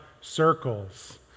circles